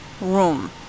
room